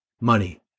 money